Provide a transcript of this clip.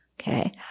Okay